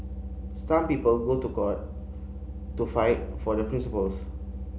some people go to court to fight for their principles